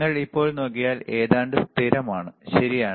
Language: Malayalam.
നിങ്ങൾ ഇപ്പോൾ നോക്കിയാൽ ഏതാണ്ട് സ്ഥിരമാണ് ശരിയാണ്